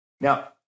Now